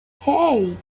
hey